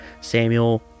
samuel